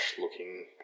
looking